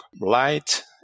light